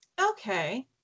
Okay